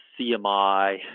CMI